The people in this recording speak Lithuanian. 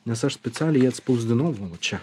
nes aš specialiai jį atspausdinu čia